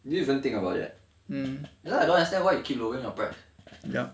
this you didn't think about it right ya lah I don't understand why you keep lowering your price